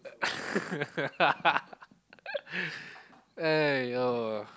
!aiyo!